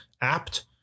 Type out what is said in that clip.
apt